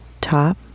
top